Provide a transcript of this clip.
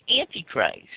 Antichrist